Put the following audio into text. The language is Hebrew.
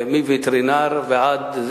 מווטרינר ועד,